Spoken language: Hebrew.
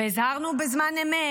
והזהרנו בזמן אמת.